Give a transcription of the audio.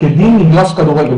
כדין מגרש כדורגל,